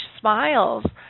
smiles